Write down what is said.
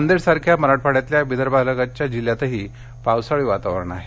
नांदेडसारख्या मराठवाड्यातल्या विदर्भालगतच्या जिल्ह्यातही पावसाळी वातावरण आहे